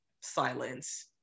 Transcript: silence